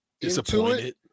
disappointed